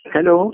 Hello, (